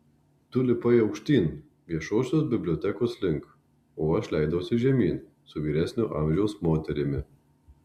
tu lipai aukštyn viešosios bibliotekos link o aš leidausi žemyn su vyresnio amžiaus moterimi